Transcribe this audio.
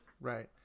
right